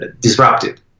disrupted